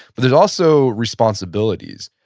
but there's also responsibilities.